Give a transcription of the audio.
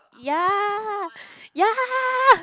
ya ya